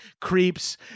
creeps